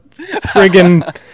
friggin